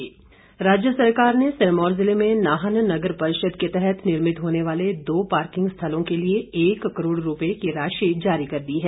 बिंदल राज्य सरकार ने सिरमौर जिले में नाहन नगर परिषद के तहत निर्मित होने वाले दो पार्किंग स्थलों के लिए एक करोड़ रूपये की राशि जारी कर दी है